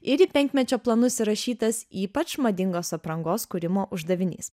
ir į penkmečio planus įrašytas ypač madingos aprangos kūrimo uždavinys